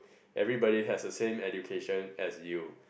everybody has a same education as you